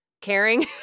caring